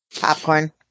Popcorn